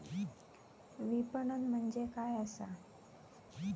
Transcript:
विपणन म्हणजे काय असा?